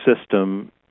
system